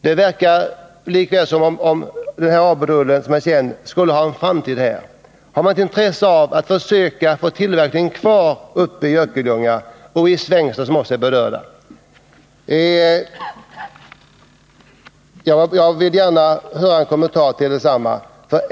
Det verkar som om ABU-rullen, som är känd, här skulle ha en framtid. Har man ett intresse av att ha kvar tillverkningen i Örkelljunga och i Svängsta, som också är berört?